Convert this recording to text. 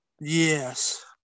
Yes